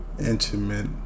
intimate